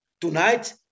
tonight